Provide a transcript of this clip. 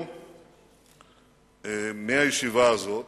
מהישיבה הזאת